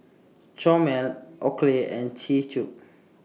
Chomel Oakley and C Cube